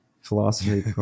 philosophy